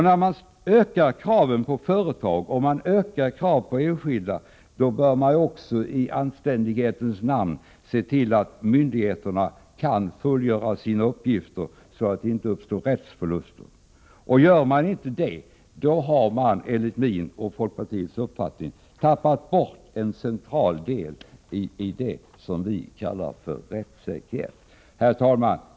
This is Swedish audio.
När man ökar kraven på företag och ökar kraven på enskilda bör man också i anständighetens namn se till att myndigheterna kan fullgöra sina uppgifter så att det inte uppstår rättsförluster. Gör man inte det har man enligt min och folkpartiets uppfattning tappat bort en central del i det som vi kallar rättssäkerhet. Herr talman!